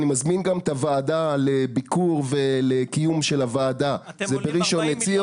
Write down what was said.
אני מזמין את הוועדה לביקור ולקיום של הוועדה בראשון לציון.